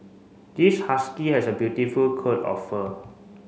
this husky has a beautiful coat of fur